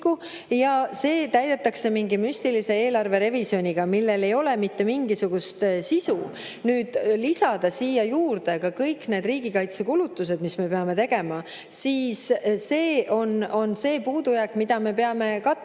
ja see täidetakse mingi müstilise eelarverevisjoniga, millel ei ole mitte mingisugust sisu. Kui lisada siia juurde ka kõik need riigikaitsekulutused, mis me peame tegema, siis see on see puudujääk, mida me peame katma.